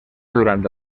durant